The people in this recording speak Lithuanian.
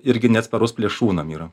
irgi neatsparus plėšrūnam yra